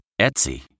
Etsy